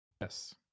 Yes